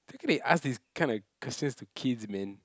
how can they ask this kinda questions to kids man